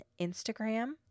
Instagram